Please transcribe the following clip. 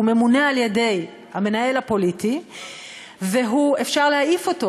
הוא ממונה על-ידי המנהל הפוליטי ואפשר להעיף אותו,